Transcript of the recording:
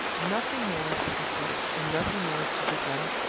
nothing more is to be said, and nothing more is to be done,